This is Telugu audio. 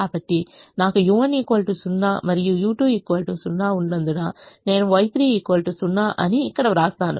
కాబట్టి నాకు u1 0 మరియు u2 0 ఉన్నందున నేను Y3 0 అని ఇక్కడ వ్రాస్తాను